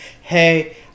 Hey